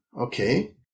okay